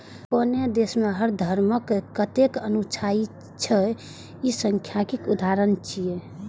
कोनो देश मे हर धर्मक कतेक अनुयायी छै, ई सांख्यिकीक उदाहरण छियै